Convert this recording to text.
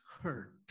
hurt